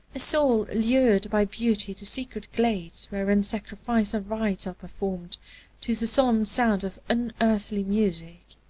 a soul lured by beauty to secret glades wherein sacrificial rites are performed to the solemn sounds of unearthly music.